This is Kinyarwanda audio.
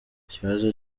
ikibazo